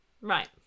Right